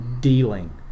dealing